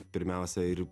pirmiausia ir